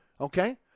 okay